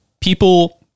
people